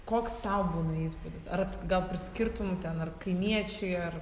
koks tau būna įspūdis ar gal priskirtum ten ar kaimiečiui ar